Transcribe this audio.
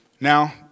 Now